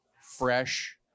fresh